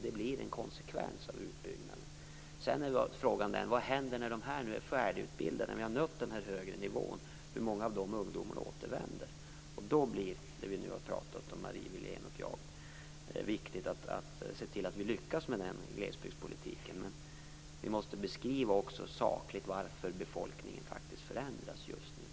Det blir en konsekvens av utbyggnaden. Frågan är sedan vad som händer när dessa ungdomar är färdigutbildade, och vi har mött den högre nivån. Hur många ungdomar återvänder? Då blir det viktigt att vi ser till att lyckas med den glesbygdspolitik som Marie Wilén och jag har pratat om nu. Men vi måste också sakligt beskriva varför befolkningen förändras just nu.